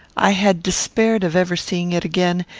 i had despaired of ever seeing it again,